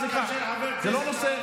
סליחה, זה לא נושא,